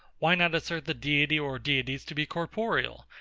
why not assert the deity or deities to be corporeal,